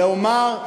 לומר,